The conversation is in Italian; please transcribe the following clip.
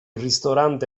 ristorante